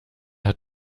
hat